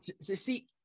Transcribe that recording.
See